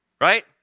Right